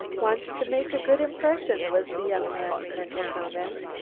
wants to make a good impression, was the young man's mental comment.